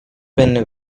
been